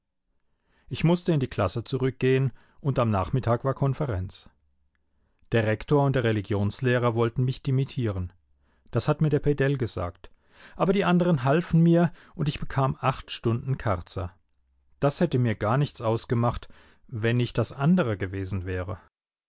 ich mußte in die klasse zurückgehen und am nachmittag war konferenz der rektor und der religionslehrer wollten mich dimittieren das hat mir der pedell gesagt aber die andern halfen mir und ich bekam acht stunden karzer das hätte mir gar nichts ausgemacht wenn nicht das andere gewesen wäre